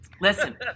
Listen